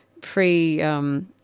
pre